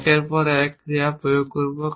একের পর এক ক্রিয়া প্রয়োগ করব